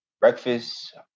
Breakfast